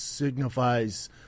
Signifies